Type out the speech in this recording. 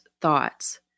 thoughts